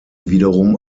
wiederum